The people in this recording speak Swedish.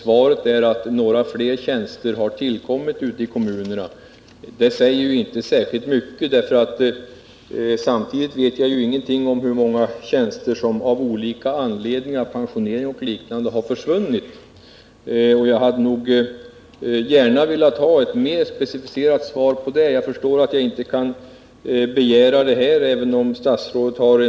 Svaret är att några ytterligare tjänster har tillkommit ute i kommunerna. Det säger mig dock inte särskilt mycket, eftersom jag inte vet hur många tjänster som samtidigt har försvunnit av olika anledningar, genom pensionering osv. Jag hade nog gärna velat ha ett preciserat svar på den frågan. Jag förstår att jag inte kan begära att få ett sådant besked direkt.